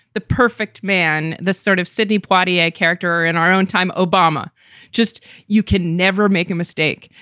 the perfect man, the sort of sidney poitier character in our own time. obama just you can never make a mistake,